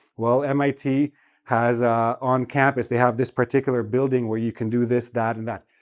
well, mit has, ah on-campus they have this particular building where you can do this, that, and that.